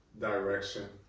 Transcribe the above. direction